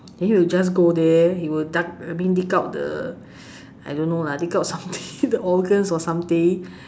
then he'll just go there he will dug I mean dig out the I don't know lah dig out something the organs or something